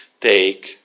take